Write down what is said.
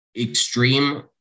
extreme